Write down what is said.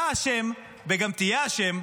אתה אשם וגם תהיה אשם